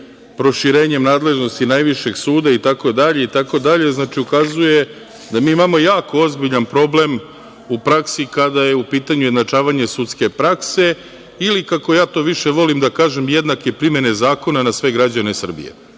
proširenjem nadležnosti najvišeg suda itd. Znači, ukazuje da mi imamo jako ozbiljan problem u praksi kada je u pitanju izjednačavanje sudske prakse ili, kako ja to više volim da kažem, jednake primene zakona na sve građane Srbije. To